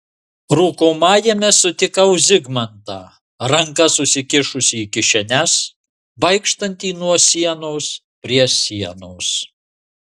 rūkomajame sutikau zigmantą rankas susikišusį į kišenes vaikštantį nuo sienos prie sienos